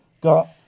got